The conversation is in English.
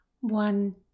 one